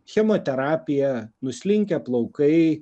chemoterapija nuslinkę plaukai